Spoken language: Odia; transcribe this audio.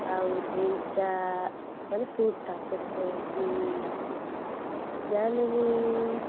ଆଉ ଜିନ୍ସଟା ମାନେ ସୁଟଟା ସେଇଟା ହେଉଛି ଯାହାହେଲେବି